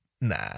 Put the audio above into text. nah